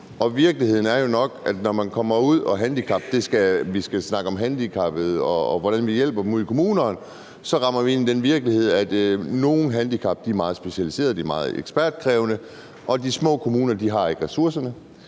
og vi skal snakke om en handleplan på handicapområdet. Når vi skal snakke om handicappede, og hvordan vi hjælper dem ude i kommunerne, ramler vi ind i den virkelighed, at nogle handicap er meget specialiserede, at de er meget ekspertkrævende, og at de små kommuner har ikke ressourcerne.